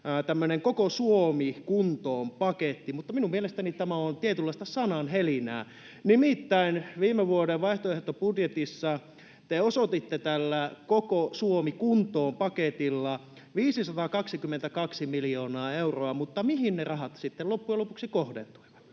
tämmöinen Koko Suomi kuntoon ‑paketti, mutta minun mielestäni tämä on tietynlaista sananhelinää. Nimittäin viime vuoden vaihtoehtobudjetissa te osoititte tällä Koko Suomi kuntoon ‑paketilla 522 miljoonaa euroa, mutta mihin ne rahat sitten loppujen lopuksi kohdentuivat?